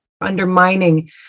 undermining